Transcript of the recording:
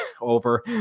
over